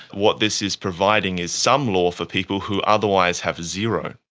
what this is providing is some law for people who otherwise have zero.